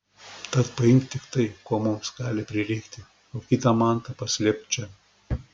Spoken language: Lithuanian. tad paimk tik tai ko mums gali prireikti o kitą mantą paslėpk čia